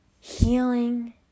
Healing